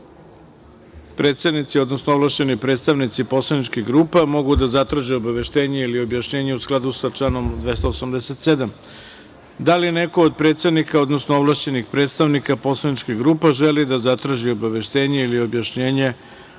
predsednici, odnosno ovlašćeni predstavnici poslaničkih grupa mogu da zatraže obaveštenje ili objašnjenje u skladu sa članom 287.Da li neko od predsednika, odnosno ovlašćenih predstavnika poslaničkih grupa, želi da zatraži obaveštenje ili objašnjenje